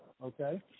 Okay